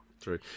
True